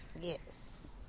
Yes